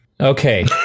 okay